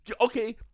okay